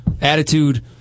attitude